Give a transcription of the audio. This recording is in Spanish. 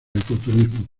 ecoturismo